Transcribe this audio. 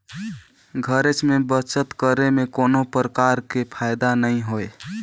घरेच में बचत करे में कोनो परकार के फायदा नइ होय